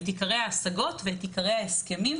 את עיקרי ההשגות ואת עיקרי ההסכמים,